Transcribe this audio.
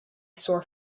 sore